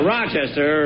Rochester